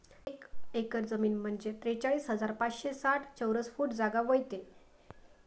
एक एकर जमीन म्हंजे त्रेचाळीस हजार पाचशे साठ चौरस फूट जागा व्हते